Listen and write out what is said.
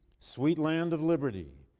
sweet land of liberty,